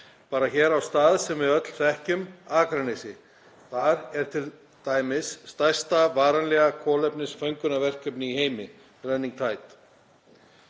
bara hér á stað sem við öll þekkjum, Akranesi. Þar er t.d. stærsta varanlega kolefnisföngunarverkefni í heimi, Running Tide.